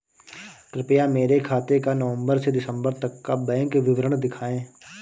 कृपया मेरे खाते का नवम्बर से दिसम्बर तक का बैंक विवरण दिखाएं?